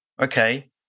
Okay